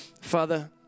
Father